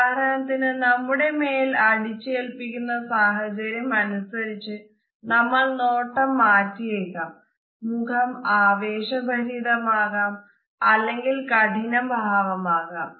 ഉദാഹരണത്തിന് നമ്മുടെ മേൽ അടിച്ചേൽപ്പിക്കപ്പെടുന്ന സാഹചര്യം അനുസരിച്ച് നമ്മൾ നോട്ടം മാറ്റിയേക്കാം മുഖം ആവേശഭരിതമാകാം അല്ലെങ്കിൽ കഠിന ഭാവം ആകാം